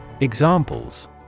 Examples